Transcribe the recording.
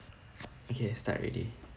okay start already